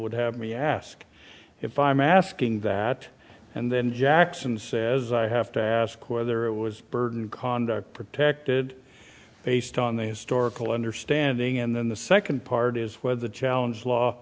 would have me ask if i'm asking that and then jackson says i have to ask whether it was burton conduct protected based on the historical understanding and then the second part is where the challenge law